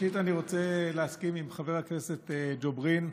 ראשית אני רוצה להסכים עם חבר הכנסת ג'בארין.